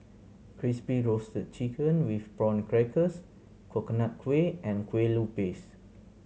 Crispy Roasted Chicken with Prawn Crackers Coconut Kuih and Kueh Lupis